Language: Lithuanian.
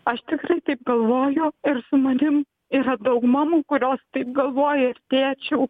aš tikrai taip galvoju ir su manim yra daug mamų kurios taip galvoja ir tėčių